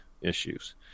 Issues